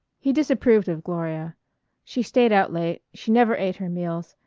he disapproved of gloria she stayed out late, she never ate her meals,